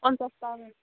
फनसासथा